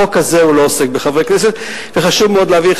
החוק הזה לא עוסק בחברי כנסת, וחשוב מאוד להבהיר.